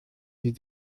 sie